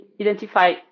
identify